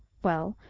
well,